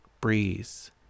breeze